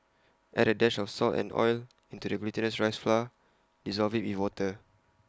add A dash of salt and oil into the glutinous rice flour dissolve IT with water